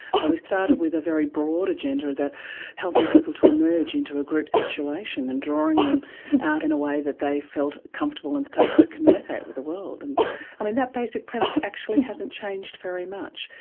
so we started with a very broad agenda of helping people to emerge into a group situation and drawing them out in a way that they felt comfortable and safe to communicate with the world. and i mean that basic premise actually hasn't changed very much.